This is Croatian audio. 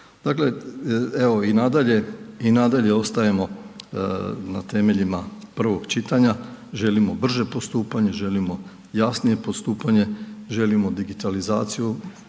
Dakle evo i nadalje ostajemo na temeljima prvog čitanja, želimo brže postupanje, želimo jasnije postupanje, želimo digitalizaciju